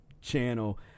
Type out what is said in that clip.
channel